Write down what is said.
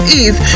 ease